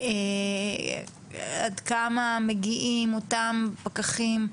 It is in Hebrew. עד כמה מגיעים אותם פקחים,